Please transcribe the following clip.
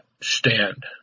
stand